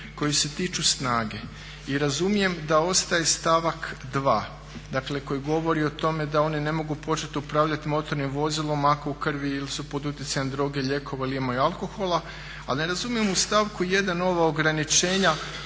koji se tiču snage. I razumijem da ostaje stavak 2. dakle koji govori o tome da oni ne mogu početi upravljati motornim vozilom ako u krvi ili su pod utjecajem droge, lijekova ili imaju alkohola. A ne razumijem u stavku 1. ova ograničenja